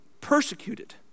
persecuted